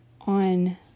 on